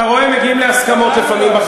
אתה רואה, מגיעים להסכמות לפעמים.